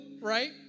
right